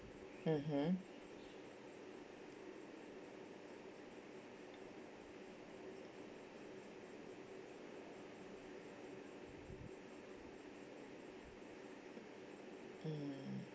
mmhmm mm